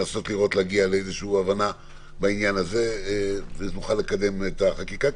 ננסה להגיע לאיזושהי הבנה בנושא הזה ונוכל לקדם את החקיקה.